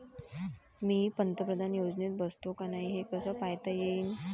मी पंतप्रधान योजनेत बसतो का नाय, हे कस पायता येईन?